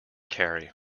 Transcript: carry